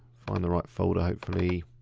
find the right folder, hopefully.